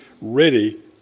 ready